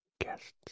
guests